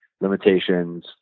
limitations